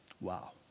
Wow